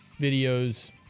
videos